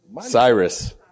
Cyrus